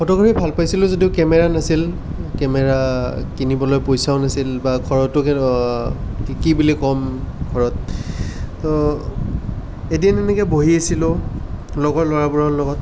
photography ভাল পাইছিলোঁ যদিও কেমেৰা নাছিল কেমেৰা কিনিবলৈ পইচাও নাছিল বা ঘৰতো কেন কি কি বুলি ক'ম ঘৰত তো এদিন এনেকৈ বহি আছিলোঁ লগৰ ল'ৰাবোৰৰ লগত